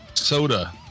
soda